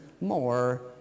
more